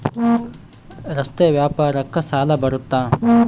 ರಸ್ತೆ ವ್ಯಾಪಾರಕ್ಕ ಸಾಲ ಬರುತ್ತಾ?